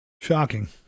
Shocking